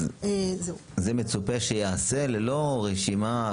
זה מצופה שייעשה ללא רשימה?